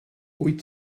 wyt